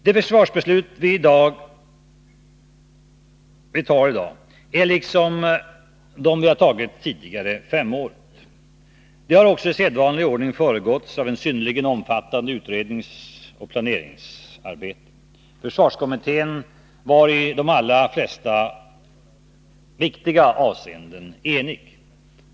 Det försvarsbeslut som vi fattar i dag är liksom det tidigare femårigt. Det har också i sedvanlig ordning föregåtts av ett synnerligen omfattande utredningsoch planeringsarbete. Försvarskommittén var i de allra flesta viktiga avseenden enig.